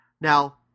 Now